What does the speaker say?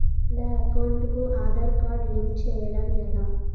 నా అకౌంట్ కు Aadhaar card link చేయడం ఎలా?